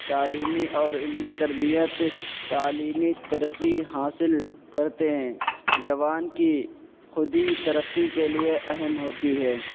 تعلیمی اور علمی تربیت تعلیمی ترقی حاصل کرتے ہیں جوان کی خود ہی ترقی کے لیے اہم ہوتی ہے